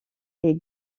est